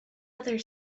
other